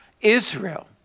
Israel